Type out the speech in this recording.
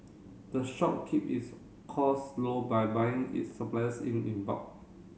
the shop keep its cost low by buying its suppliers in in bulk